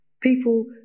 people